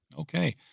Okay